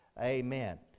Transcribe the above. amen